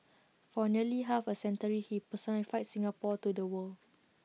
for nearly half A century he personified Singapore to the world